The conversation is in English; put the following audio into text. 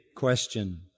question